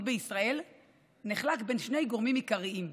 בישראל נחלק בין שני גורמים עיקריים: